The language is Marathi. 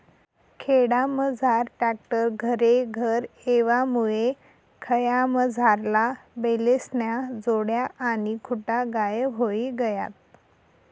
खेडामझार ट्रॅक्टर घरेघर येवामुये खयामझारला बैलेस्न्या जोड्या आणि खुटा गायब व्हयी गयात